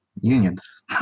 Unions